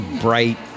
bright